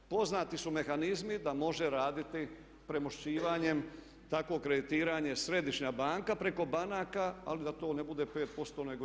Poznati su mehanizmi da može raditi premošćivanjem takvo kreditiranje središnja banka preko banaka ali da to ne bude 5% nego 1%